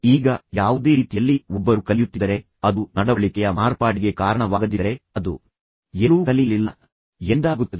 ಈಗ ಯಾವುದೇ ರೀತಿಯಲ್ಲಿ ಒಬ್ಬರು ಕಲಿಯುತ್ತಿದ್ದರೆ ಅದು ನಡವಳಿಕೆಯ ಮಾರ್ಪಾಡಿಗೆ ಕಾರಣವಾಗದಿದ್ದರೆ ಅದು ಎಲ್ಲೂ ಕಲಿಯಲಿಲ್ಲ ಎಂದಾಗುತ್ತದೆ